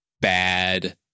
bad